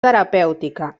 terapèutica